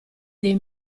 dei